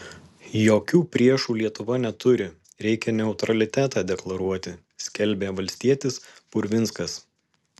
jokių priešų lietuva neturi reikia neutralitetą deklaruoti skelbė valstietis purvinskas